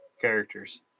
characters